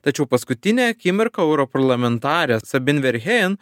tačiau paskutinę akimirką europarlamentarė sabin verhejen